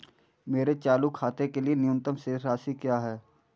मेरे चालू खाते के लिए न्यूनतम शेष राशि क्या है?